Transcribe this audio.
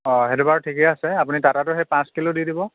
অ' সেইটো বাৰু ঠিকেই আছে আপুনি টাটাটো সেই পাঁচ কিলো দি দিব